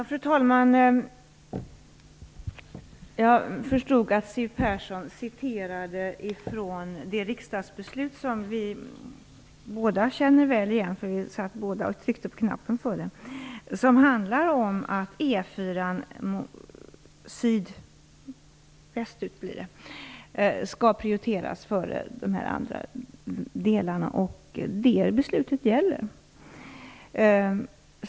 Fru talman! Jag förstod att Siw Persson citerade från ett riksdagsbeslut som vi båda känner väl igen - vi satt nämligen båda och tryckte på knapparna när det fattades. Beslutet handlar om att E 4:an i sydvästlig riktning skall prioriteras före de andra delarna. Detta beslut gäller.